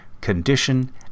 condition